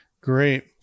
great